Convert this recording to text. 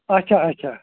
اچھا اچھا